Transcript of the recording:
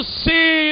see